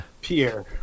Pierre